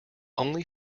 only